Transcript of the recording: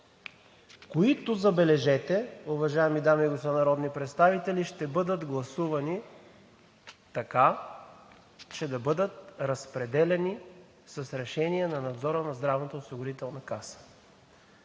които, забележете, уважаеми дами и господа народни представители, ще бъдат гласувани така, че да бъдат разпределяни с решение на Надзора на Здравната осигурителна каса.